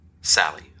Sally